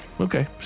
Okay